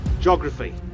geography